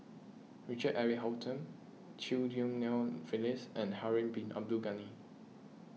Richard Eric Holttum Chew Ghim Lian Phyllis and Harun Bin Abdul Ghani